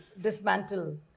dismantle